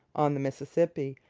on the mississippi,